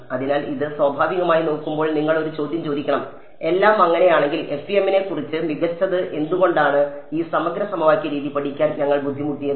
അതിനാൽ ഇത് സ്വാഭാവികമായി നോക്കുമ്പോൾ നിങ്ങൾ ഒരു ചോദ്യം ചോദിക്കണം എല്ലാം അങ്ങനെയാണെങ്കിൽ FEM നെക്കുറിച്ച് മികച്ചത് എന്തുകൊണ്ടാണ് ഈ സമഗ്ര സമവാക്യ രീതി പഠിക്കാൻ ഞങ്ങൾ ബുദ്ധിമുട്ടിയത്